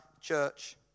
church